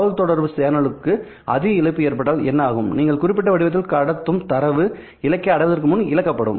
தகவல்தொடர்பு சேனலுக்கு அதிக இழப்பு ஏற்பட்டால் என்ன ஆகும் நீங்கள் குறிப்பிட்ட வடிவத்தில் கடத்தும் தரவு இலக்கை அடைவதற்கு முன்பு இழக்கப்படும்